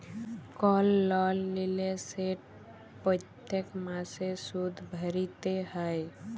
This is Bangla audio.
কল লল লিলে সেট প্যত্তেক মাসে সুদ ভ্যইরতে হ্যয়